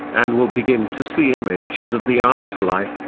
and will begin to see images of the afterlife,